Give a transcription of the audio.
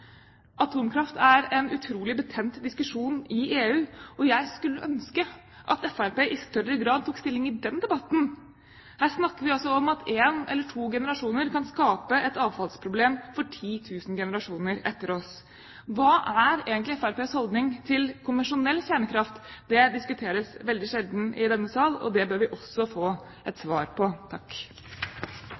Atomkraft er en utrolig betent diskusjon i EU, og jeg skulle ønske at Fremskrittspartiet i større grad tok stilling i den debatten. Her snakker vi altså om at en eller to generasjoner kan skape et avfallsproblem for 10 000 generasjoner etter oss. Hva er egentlig Fremskrittspartiets holdning til konvensjonell kjernekraft? Det diskuteres veldig sjelden i denne sal, og det bør vi også få et svar på.